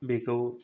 बेखौ